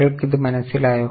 നിങ്ങൾക്ക് ഇത് മനസ്സിലായോ